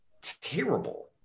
terrible